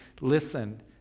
Listen